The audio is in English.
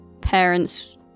parents